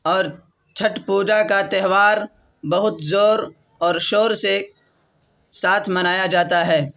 اور چھٹ پوجا کا تہوار بہت زور اور شور سے ساتھ منایا جاتا ہے